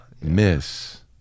Miss